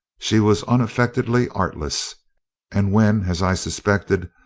she was unaffectedly artless and when, as i suspected,